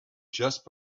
just